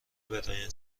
برایان